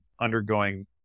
undergoing